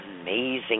amazing